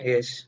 Yes